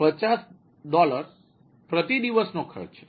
50 પ્રતિ દિવસ નો ખર્ચ છે